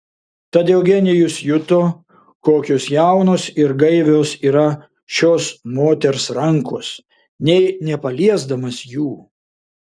tad eugenijus juto kokios jaunos ir gaivios yra šios moters rankos nė nepaliesdamas jų